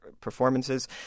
performances